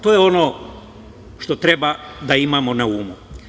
To je ono što treba da imamo na umu.